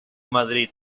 madrid